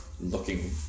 looking